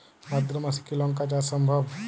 ভাদ্র মাসে কি লঙ্কা চাষ সম্ভব?